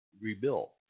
rebuilt